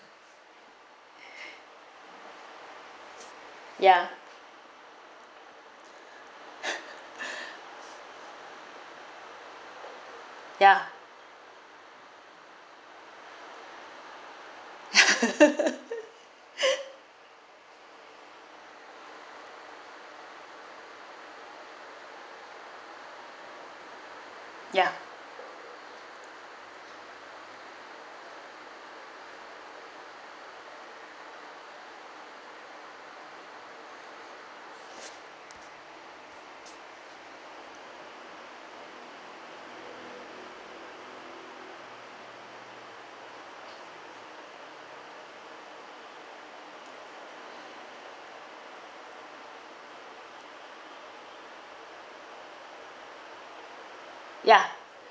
ya ya ya